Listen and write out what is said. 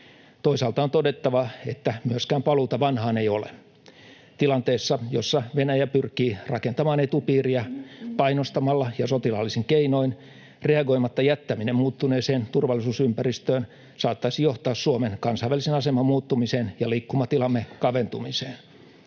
Toisaalta on todettava, että myöskään paluuta vanhaan ei ole. Tilanteessa, jossa Venäjä pyrkii rakentamaan etupiiriä painostamalla ja sotilaallisin keinoin, reagoimatta jättäminen muuttuneeseen turvallisuusympäristöön saattaisi johtaa Suomen kansainvälisen aseman muuttumiseen ja liikkumatilamme kaventumiseen.